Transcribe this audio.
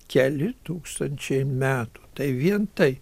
keli tūkstančiai metų tai vien tai